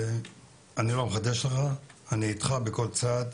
אני לא מחדש לך, אני איתך בכל צעד.